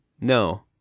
No